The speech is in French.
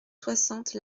soixante